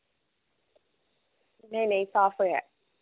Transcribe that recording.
नेईं नेईं साफ ऐ